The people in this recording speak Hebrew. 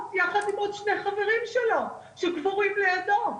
ביחד עם עוד שני חברים שלו שקבורים לידו.